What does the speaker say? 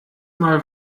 mal